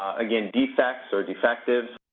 again, defects or defectives.